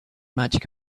magic